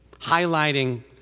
Highlighting